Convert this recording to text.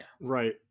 Right